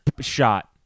shot